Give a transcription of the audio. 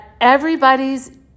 everybody's